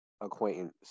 acquaintance